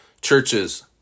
churches